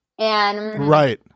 Right